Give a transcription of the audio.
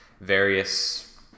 various